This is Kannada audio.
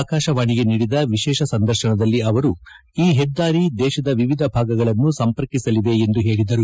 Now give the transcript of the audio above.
ಆಕಾಶವಾಣಿಗೆ ನೀಡಿದ ವಿಶೇಷ ಸಂದರ್ಶನದಲ್ಲಿ ಅವರು ಈ ಹೆದ್ದಾರಿ ದೇಶದ ವಿವಿಧ ಭಾಗಗಳನ್ನು ಸಂಪರ್ಕಿಸಲಿವೆ ಎಂದು ಹೇಳಿದರು